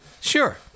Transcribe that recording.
Sure